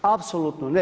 Apsolutno ne.